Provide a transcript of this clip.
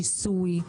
שיסוי,